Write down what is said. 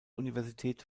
universität